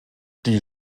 die